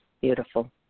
Beautiful